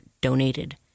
donated –